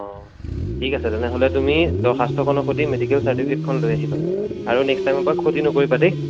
অঁ ঠিক আছে তেনেহ'লে তুমি দৰ্খাস্তখনৰ সৈতে মেডিকেল চাৰ্টিফিকেটখন লৈ আহিবা আৰু নেক্সট টাইমৰ পৰা খতি নকৰিবা দেই